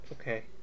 okay